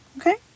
Okay